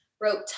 wrote